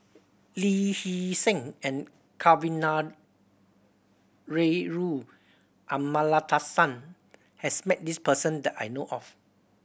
Lee Hee Seng and Kavignareru Amallathasan has met this person that I know of